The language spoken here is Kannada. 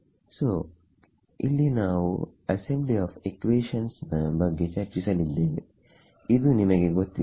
ಸೋಇಲ್ಲಿ ನಾವು ಅಸೆಂಬ್ಲಿ ಆಫ್ ಇಕ್ವೇಷನ್ಸ್ ನ ಬಗ್ಗೆ ಚರ್ಚಿಸಲಿದ್ದೇವೆ ಇದು ನಿಮಗೆ ಗೊತ್ತಿದೆ